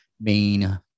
main